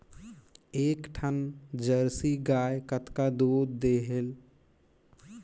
एक ठन जरसी गाय कतका दूध देहेल?